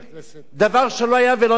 דבר שלא היה ולא נברא.